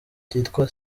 cyitwa